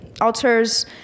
altars